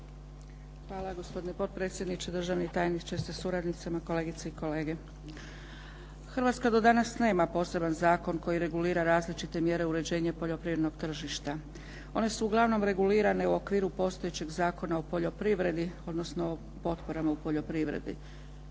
Hvala gospodine potpredsjedniče. Državni tajniče sa suradnicama, kolegice i kolege. Hrvatska do danas nema poseban zakon koji regulira različite mjere uređenja poljoprivrednog tržišta. One su uglavnom regulirane u okviru postojećeg Zakona o poljoprivredi, odnosno potporama u poljoprivredi.